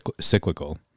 cyclical